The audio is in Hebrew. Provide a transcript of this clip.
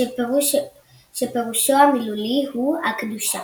שפירושו המילולי הוא "הקדושה".